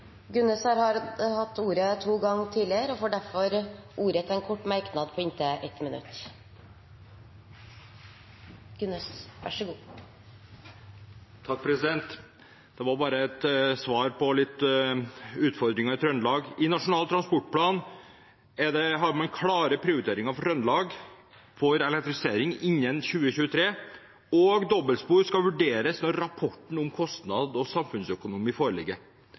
Gunnes har hatt ordet to ganger tidligere og får ordet til en kort merknad, begrenset til 1 minutt. Dette er et svar på noen utfordringer i Trøndelag. I Nasjonal transportplan har man klare prioriteringer for Trøndelag, for elektrifisering innen 2023, og dobbeltspor skal vurderes når rapporten om kostnad og samfunnsøkonomi foreligger.